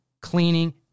cleaning